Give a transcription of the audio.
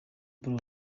paul